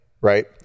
right